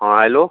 हाँ हेलो